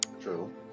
True